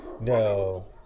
No